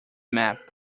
map